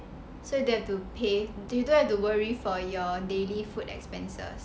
so you don't have to pay you don't have to worry for your daily food expenses